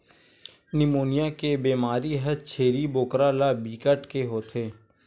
pneumonia के बेमारी ह छेरी बोकरा ल बिकट के होथे